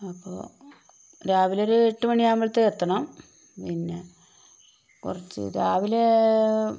അപ്പോൾ രാവിലെ ഒരു എട്ടുമണി ആവുമ്പോളത്തേക്കും എത്തണം പിന്നെ കുറച്ച് രാവിലെ